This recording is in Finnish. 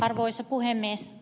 arvoisa puhemies